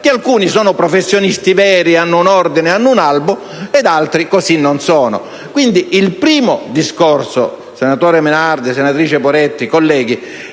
che alcuni sono professionisti veri, hanno un ordine e un albo e altri non lo sono. Quindi, il primo discorso - senatore Menardi, senatrice Poretti e colleghi